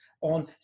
on